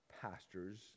pastors